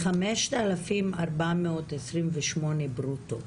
החמשת אלפים ארבע מאות עשרים ושמונה ברוטו,